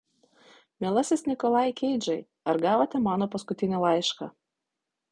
mielasis nikolai keidžai ar gavote mano paskutinį laišką